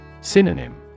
Synonym